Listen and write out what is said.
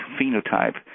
phenotype